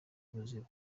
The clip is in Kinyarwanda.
ubuzima